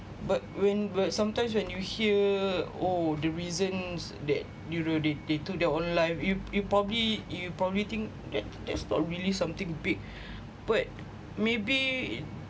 but when but sometimes when you hear oh the reasons that you know that the took their own life you probably you probably think that that's not really something big but maybe